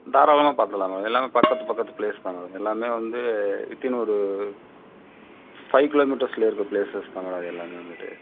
தாராளமாக பார்க்கலாம் மேம் எல்லாமே பக்கத்து பக்கத்து பிளேஸ் எல்லாமே வந்து வித்தீன் ஒரு ஃபைவ் கிலோ மீட்டர்ஸ்ஸில் இருக்க பிளேஸஸ் தான் மேடம் அது எல்லாமே வந்துவிட்டு